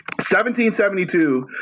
1772